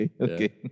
Okay